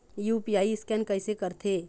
UPI scan कइसे करथे?